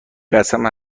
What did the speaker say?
قسم